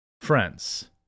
friends